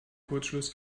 kurzschluss